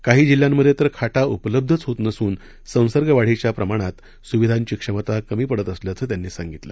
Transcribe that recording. काही जिल्ह्यांमध्ये तर खाटा उपलब्धच होत नसून संसर्ग वाढीच्या प्रमाणात सुविधाची क्षमता कमी पडत असल्याचं त्यांनी सांगितलं